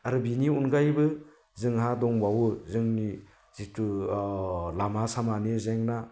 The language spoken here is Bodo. आरो बेनि अनगायैबो जोंहा दंबावो जोंनि जिथु लामा सामानि जेंना